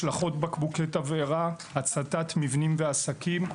השלכות בקבוקי תבערה, הצתות מבנים ועסקים,